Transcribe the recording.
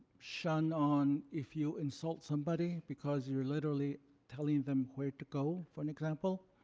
shunned on if you insult somebody because you're literally telling them where to go, for an example,